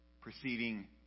preceding